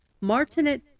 Martinet